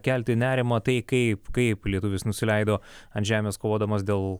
kelti nerimą tai kaip kaip lietuvis nusileido ant žemės kovodamas dėl